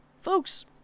Folks